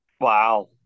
Wow